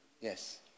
Yes